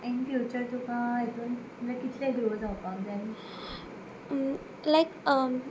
in future तुका हेतून कितले ग्रो जावपाक जाय लायक